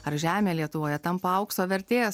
ar žemė lietuvoje tampa aukso vertės